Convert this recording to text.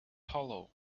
hollow